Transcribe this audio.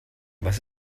was